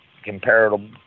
Comparable